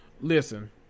Listen